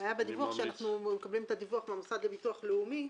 הבעיה בדיווח שאנחנו מקבלים את הדיווח מהמוסד לביטוח לאומי,